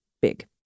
big